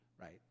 right